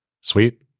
Sweet